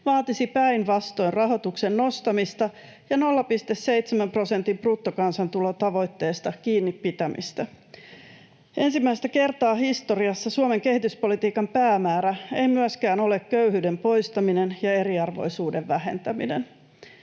vaatisi päinvastoin rahoituksen nostamista ja 0,7 prosentin bruttokansantulotavoitteesta kiinni pitämistä. Ensimmäistä kertaa historiassa Suomen kehityspolitiikan päämäärä ei myöskään ole köyhyyden poistaminen ja eriarvoisuuden vähentäminen.